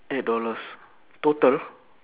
eight dollars total